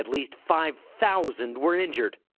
least five thousand were injured.